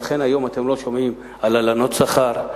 לכן היום אתם לא שומעים על הלנות שכר,